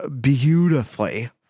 Beautifully